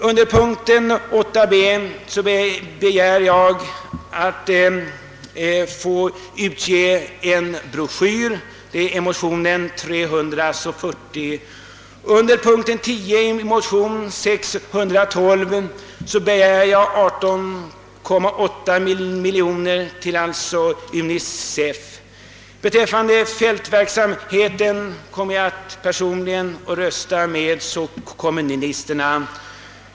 Under punkten 8 mom. b yrkar jag bifall till motion nr: 340, i vilken jag begär att en broschyr skall utges. Under punkten 10 behandlas motion nr 612, i vilken jag hemställer om 18,8 miljoner kronor till UNICEF. Beträffande fältverksamheten kommer jag att rösta med kommunisterna.